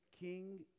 King